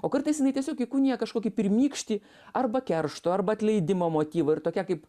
o kartais jinai tiesiog įkūnija kažkokį pirmykštį arba keršto arba atleidimo motyvą ir tokia kaip